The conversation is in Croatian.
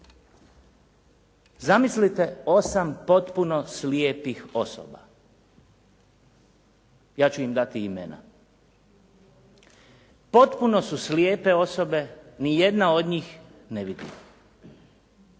Zamislite osam potpuno slijepih osoba. Ja ću im dati imena. Potpuno su slijepe osobe, ni jedna od njih ne vidi.